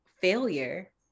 failure